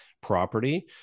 property